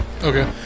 Okay